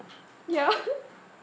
ya